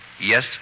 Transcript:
Yes